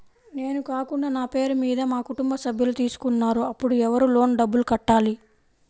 నేను కాకుండా నా పేరు మీద మా కుటుంబ సభ్యులు తీసుకున్నారు అప్పుడు ఎవరు లోన్ డబ్బులు కట్టాలి?